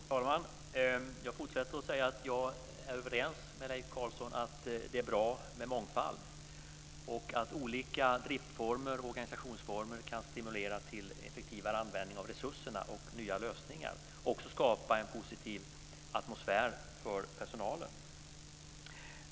Herr talman! Jag fortsätter att säga att jag är överens med Leif Carlson om att det är bra med mångfald och att olika driftsformer och organisationsformer kan stimulera till effektivare användning av resurserna och nya lösningar samt skapa en positiv atmosfär för personalen.